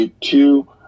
Two